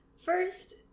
first